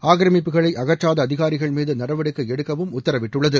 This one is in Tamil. ஆக்கிரமிப்புகளை அகற்றாத அதிகாரிகள் மீது நடவடிக்கை எடுக்கவும் உத்தரவிட்டுள்ளது